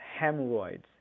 hemorrhoids